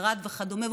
צרעת וכדומה,